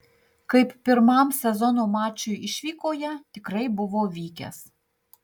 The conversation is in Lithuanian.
kaip pirmam sezono mačui išvykoje tikrai buvo vykęs